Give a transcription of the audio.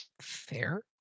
Fair